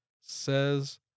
says